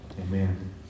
Amen